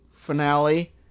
Finale